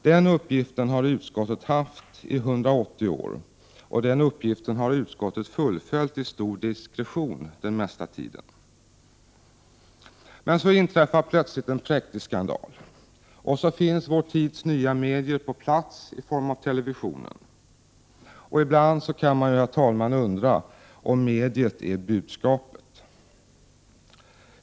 Den uppgiften har utskottet haft i 180 år, och den uppgiften har utskottet fullföljt med stor diskretion den mesta tiden. Så inträffar plötsligt en präktig skandal, och så finns vår tids nya medier på plats i form av televisionen. Ibland kan man ju undra om mediet är budskapet.